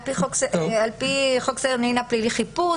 על פי חוק סדר הדין הפלילי (חיפוש),